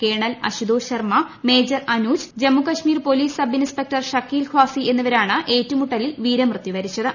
colonel Ashutosh ശർമ്മി two major Anuj Jammu Kashmir police sub ഇൻസ്പ്പ്പക്ടർ Shakeel Khasi എന്നിരാണ് ഏറ്റുമുട്ടലിൽ വീരമൃത്യൂ പ്പിച്ചത്